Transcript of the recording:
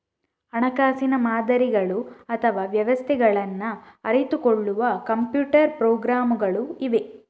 ಹಣಕಾಸಿನ ಮಾದರಿಗಳು ಅಥವಾ ವ್ಯವಸ್ಥೆಗಳನ್ನ ಅರಿತುಕೊಳ್ಳುವ ಕಂಪ್ಯೂಟರ್ ಪ್ರೋಗ್ರಾಮುಗಳು ಇವೆ